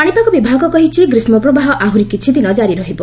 ପାଣିପାଗ ବିଭାଗ କହିଛି' ଗ୍ରୀଷ୍କ ପ୍ରବାହ ଆହୁରି କିଛିଦିନ ଜାରି ରହିବ